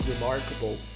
remarkable